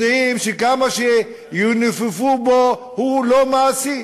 יודעים שכמה שינופפו בו הוא לא מעשי.